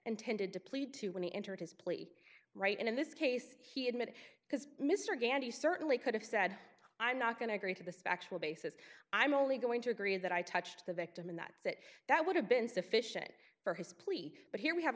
intended to plead to when he entered his plea right and in this case he admitted because mr gandy certainly could have said i'm not going to agree to this actual basis i'm only going to agree that i touched the victim in that that that would have been sufficient for his plea but here we have